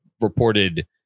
reported